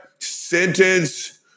sentence